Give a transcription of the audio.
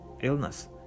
illness